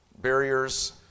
barriers